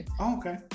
okay